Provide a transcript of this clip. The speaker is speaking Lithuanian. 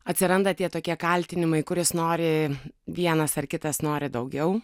atsiranda tie tokie kaltinimai kuris nori vienas ar kitas nori daugiau